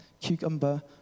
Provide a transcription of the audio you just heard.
cucumber